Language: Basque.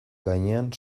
gainean